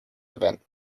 event